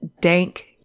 dank